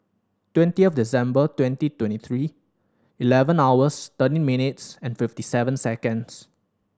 twentieth December twenty twenty three eleven hours thirteen minutes and fifty seven seconds